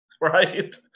Right